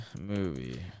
movie